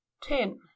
ten